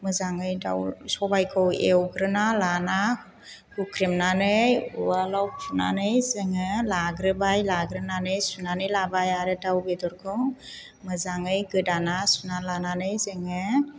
मोजाङै दाउ सबायखौ एवग्रोना लाना हुख्रेमनानै उवालआव खुनानै जोङो लाग्रोबाय लाग्रोनानै सुनानै लाबाय आरो दाउ बेदरखौ मोजाङै गोदाना सुना लानानै जोङो